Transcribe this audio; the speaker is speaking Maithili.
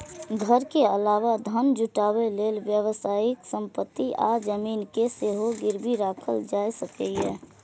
घर के अलावा धन जुटाबै लेल व्यावसायिक संपत्ति आ जमीन कें सेहो गिरबी राखल जा सकैए